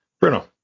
Bruno